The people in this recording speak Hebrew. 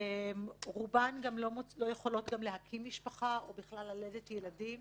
רובן גם לא יכולות להקים משפחה או בכלל ללדת ילדים